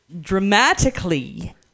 Dramatically